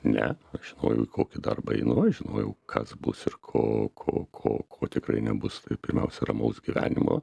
ne aš žinojau į kokį darbą einu aš žinojau kas bus ir ko ko ko ko tikrai nebus tai pirmiausia ramaus gyvenimo